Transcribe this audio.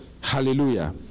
Hallelujah